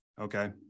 Okay